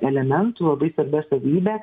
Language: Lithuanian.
elementu labai svarbia savybe